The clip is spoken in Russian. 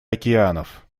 океанов